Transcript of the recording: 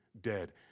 dead